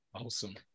Awesome